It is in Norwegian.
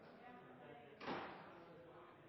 da